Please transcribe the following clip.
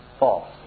False